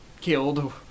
killed